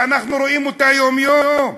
ואנחנו רואים אותן יום-יום.